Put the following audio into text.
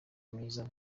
y’ibiza